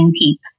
PEEP